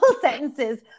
sentences